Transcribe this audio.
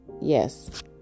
yes